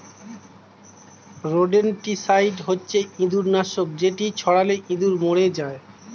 rodenticide হচ্ছে ইঁদুর নাশক যেটি ছড়ালে ইঁদুর মরে যায়